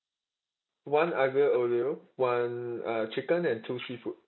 one aglio olio one uh chicken and two seafood